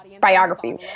biography